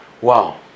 wow